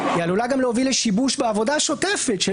היא גם עלולה להוביל לשיבוש בעבודה השוטפת של